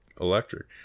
electric